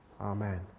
Amen